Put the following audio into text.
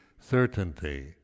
certainty